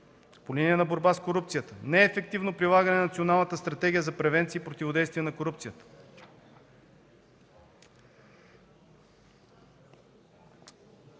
По линия на „Борба с корупцията” – неефективно прилагане на Националната стратегия за превенция и противодействие на корупцията.